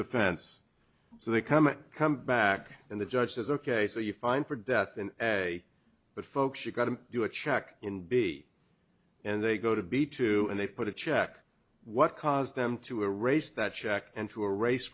offense so they come in come back and the judge says ok so you find for death and say but folks you got to do a check in b and they go to be two and they put a check what caused them to a race that check and to a race